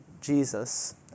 Jesus